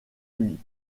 lui